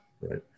right